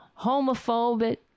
homophobic